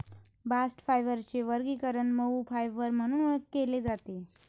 bast फायबरचे वर्गीकरण मऊ फायबर म्हणून केले जाते